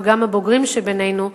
וגם הבוגרים שבינינו,